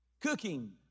cooking